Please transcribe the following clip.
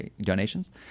donations